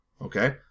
Okay